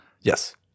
Yes